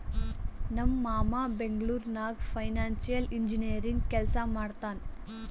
ನಮ್ ಮಾಮಾ ಬೆಂಗ್ಳೂರ್ ನಾಗ್ ಫೈನಾನ್ಸಿಯಲ್ ಇಂಜಿನಿಯರಿಂಗ್ ಕೆಲ್ಸಾ ಮಾಡ್ತಾನ್